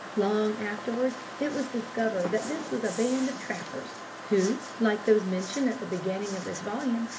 long afterwards it was discovered that this was a band of trappers who, like those mentioned at the beginning of this volume,